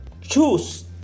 choose